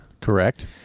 Correct